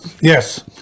Yes